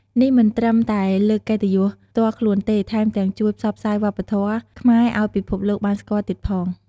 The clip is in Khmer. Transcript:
នេះមិនត្រឹមតែលើកកិត្តិយសផ្ទាល់ខ្លួនទេ ថែមទាំងជួយផ្សព្វផ្សាយវប្បធម៌ខ្មែរឱ្យពិភពលោកបានស្គាល់ទៀតផង។